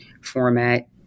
format